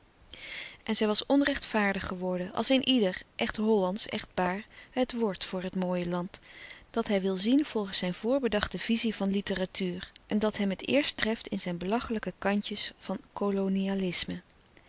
en zij was onrechtvaardig geworden als een ieder echt hollandsch echt baar het wordt voor het mooie land dat hij zien wil volgens zijn voorbedachte vizie van litteratuur en dat hem het eerst treft in zijn belachelijke kantjes van kolonialisme